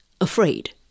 afraid